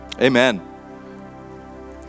Amen